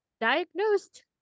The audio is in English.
diagnosed